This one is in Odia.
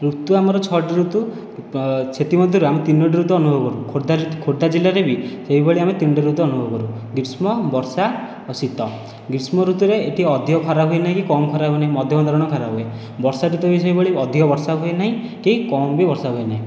ଋତୁ ଆମର ଛଅଟି ଋତୁ ସେଥିମଧ୍ୟରୁ ଆମେ ତିନୋଟି ଋତୁ ଅନୁଭବ କରୁ ଖୋର୍ଦ୍ଧା ଜିଲ୍ଲାରେ ବି ସେହିଭଳି ଆମେ ତିନୋଟି ଋତୁ ଅନୁଭବ କରୁ ଗ୍ରୀଷ୍ମ ବର୍ଷା ଓ ଶୀତ ଗ୍ରୀଷ୍ମ ଋତୁରେ ଏଠି ଅଧିକ ଖରା ହୁଏ ନାହିଁ କି କମ୍ ଖରା ହୁଏ ନାହିଁ ମଧ୍ୟମ ଧରଣର ଖରା ହୁଏ ବର୍ଷା ଋତୁ ବି ସେହିଭଳି ଅଧିକ ବର୍ଷା ହୁଏ ନାହିଁ କି କମ୍ ବି ବର୍ଷା ହୁଏ ନାହିଁ